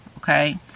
okay